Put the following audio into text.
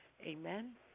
Amen